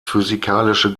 physikalische